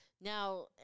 Now